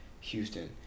Houston